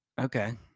Okay